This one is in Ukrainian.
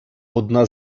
одна